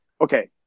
okay